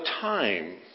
time